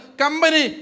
company